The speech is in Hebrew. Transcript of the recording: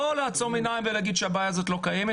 לא לעצום עיניים ולהגיד שהבעיה הזאת לא קיימת,